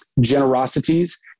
generosities